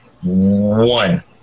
one